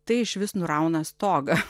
tai išvis nurauna stogą